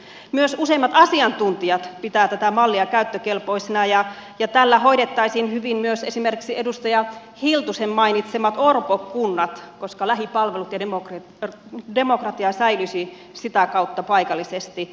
myös useimmat asiantuntijat pitävät tätä mallia käyttökelpoisena ja tällä hoidettaisiin hyvin myös esimerkiksi edustaja hiltusen mainitsemat orpokunnat koska lähipalvelut ja demokratia säilyisivät sitä kautta paikallisesti